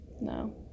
No